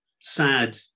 sad